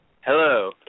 Hello